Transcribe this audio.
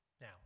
now